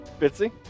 Bitsy